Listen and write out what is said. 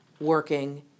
working